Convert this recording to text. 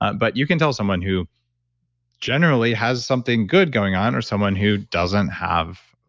but you can tell someone who generally has something good going on or someone who doesn't have